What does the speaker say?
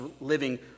living